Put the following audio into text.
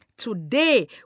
Today